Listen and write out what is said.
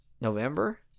November